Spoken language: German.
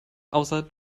außer